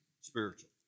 Spiritual